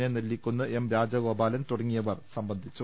A Nellikunnu M Rajagopalan തുടങ്ങിയവർ സംബന്ധിച്ചു